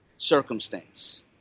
circumstance